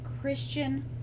Christian